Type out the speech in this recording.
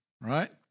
right